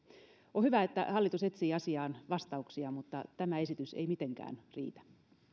on hyvä että hallitus etsii asiaan vastauksia mutta tämä esitys ei mitenkään riitä